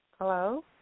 Hello